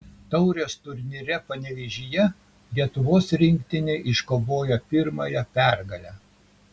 taurės turnyre panevėžyje lietuvos rinktinė iškovojo pirmąją pergalę